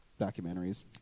documentaries